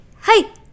hey